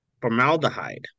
formaldehyde